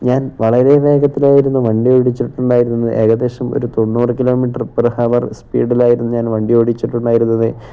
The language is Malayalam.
ഞാൻ വളരെ വേഗത്തിലായിരുന്നു വണ്ടി ഓടിച്ചിട്ടുണ്ടായിരുന്നത് ഏകദേശം ഒരു തൊണ്ണൂറ് കിലോ മീറ്റർ പെർ ഹവർ സ്പീഡിലായിരുന്നു ഞാൻ വണ്ടി ഓടിച്ചിട്ടുണ്ടായിരുന്നത്